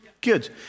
Good